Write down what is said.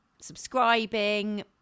subscribing